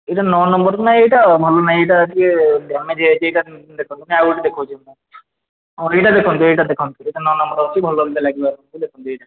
ଏଇଟା ନଅ ନମ୍ବର ନା ଏଇଟା ଭଲ ନାହିଁ ଏଇଟା ଟିକେ ଡ୍ୟାମେଜ୍ ହେଇଯାଇଛି ଏଇଟା ଦେଖନ୍ତୁନି ଆଉ ଗୋଟେ ଦେଖାଉଛି ମୁଁ ଏଇଟା ଦେଖନ୍ତୁ ଏଇଟା ଦେଖନ୍ତୁ ଏଇଟା ନଅ ନମ୍ବର ଅଛି ଭଲ ଲାଗିବ ଆପଣଙ୍କୁ ଦେଖନ୍ତୁ ଏଇଟା